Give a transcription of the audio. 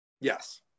yes